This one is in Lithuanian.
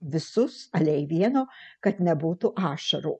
visus aliai vieno kad nebūtų ašarų